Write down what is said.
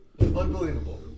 Unbelievable